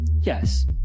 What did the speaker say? Yes